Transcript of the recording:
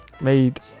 made